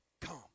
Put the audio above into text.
come